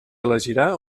elegirà